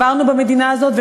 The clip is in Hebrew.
עברנו במדינה הזאת,